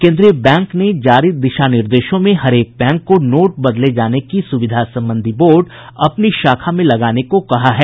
केंद्रीय बैंक ने जारी दिशा निर्देशों में हरेक बैंक को नोट बदले जाने की सुविधा संबंधी बोर्ड अपनी शाखा में लगाने को कहा है